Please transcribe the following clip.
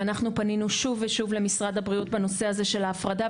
ואנחנו פנינו שוב ושוב למשרד הבריאות בנושא הזה של ההפרדה,